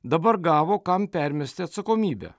dabar gavo kam permesti atsakomybę